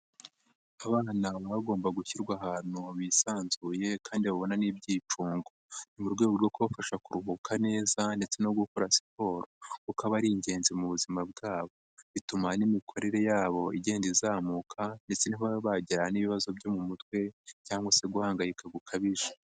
Abana baba bagomba gushyirwa ahantu bisanzuye kandi babona n'ibyicungo ni mu rwego rwo kubafasha kuruhuka neza ndetse no gukora siporo kuko aba ari ingenzi mu buzima bwabo bituma n'imikurire yabo igenda izamuka ndetse ntibabe bagira n'ibibazo byo mu mutwe cyangwa se guhangayika gukabije.